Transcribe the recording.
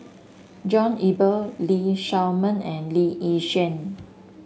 John Eber Lee Shao Meng and Lee Yi Shyan